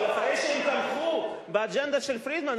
אחרי שהם תמכו באג'נדה של פרידמן,